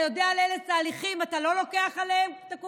אתה יודע על אילו תהליכים אתה לא לוקח את הקופון?